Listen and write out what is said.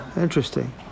interesting